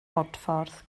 bodffordd